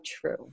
true